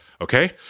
okay